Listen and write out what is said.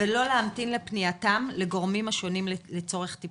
ולא להמתין לפנייתם לגורמים השונים לצורך טיפול.